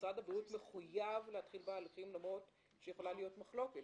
משרד הבריאות מחויב להתחיל בהליכים למרות שיכולה להיות מחלוקת.